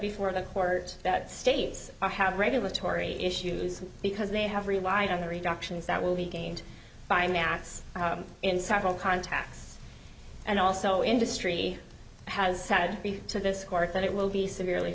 before the court that states are have regulatory issues because they have relied on the reductions that will be gained by matz in several contacts and also industry has had to this court that it will be severely